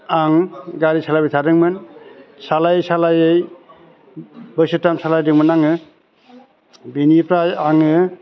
आं गारि सालायबाय थादोंमोन सालायै सालायै बोसोरथाम सालायदोंमोन आङो बिनिफ्राय आङो